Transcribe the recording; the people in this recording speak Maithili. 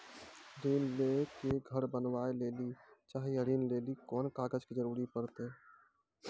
ऋण ले के घर बनावे लेली चाहे या ऋण लेली कोन कागज के जरूरी परतै?